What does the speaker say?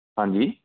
ਹਾਂਜੀ